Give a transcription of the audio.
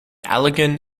allegan